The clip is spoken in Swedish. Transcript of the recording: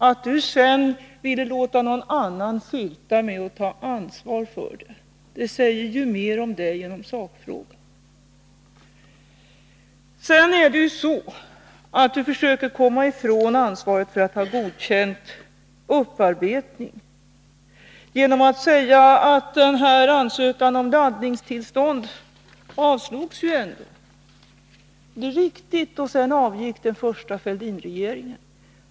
Att Olof Johansson sedan vill låta någon annan skylta med att ta ansvar för det hela säger ju mera om Olof Johansson än om sakfrågan. Olof Johansson försöker komma ifrån ansvaret för att ha godkänt upparbetningen genom att säga att ansökan om laddningstillstånd ändå avslogs. Det är riktigt. Sedan avgick den första Fälldinregeringen.